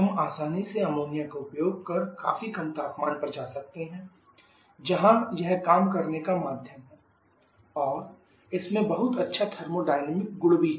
हम आसानी से अमोनिया का उपयोग कर काफी कम तापमान पर जा सकते हैं जहां यह काम करने का माध्यम है और इसमें बहुत अच्छा थर्मोडायनामिक गुण भी हैं